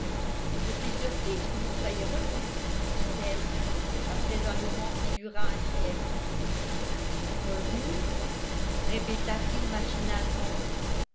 je suis surprise que vous soyez revenu dit-elle après un moment qui dura un siècle revenu répéta-t-il machinalement